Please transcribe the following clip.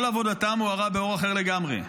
כל עבודתם הוארה באור אחר לגמרי.